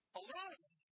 alone